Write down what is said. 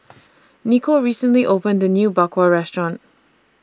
Niko recently opened A New Bak Kwa Restaurant